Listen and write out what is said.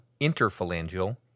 interphalangeal